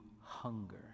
hunger